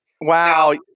Wow